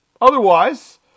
Otherwise